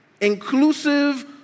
inclusive